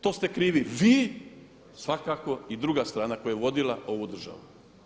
To ste krivi vi svakako i druga strana koja je vodila ovu državu.